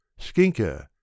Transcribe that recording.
Skinker